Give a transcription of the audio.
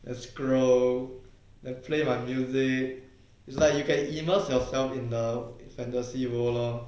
then scroll then play my music is like you can immerse yourself in the fantasy world lor